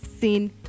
seen